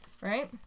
Right